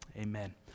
Amen